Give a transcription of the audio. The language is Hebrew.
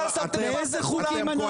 על איזה חוקים אנחנו ביקשנו?